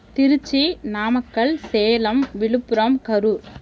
Trichy Namakkal Salem Villupuram Karur